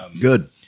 Good